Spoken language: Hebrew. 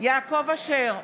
יעקב אשר,